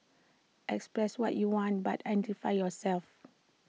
express what you want but identify yourself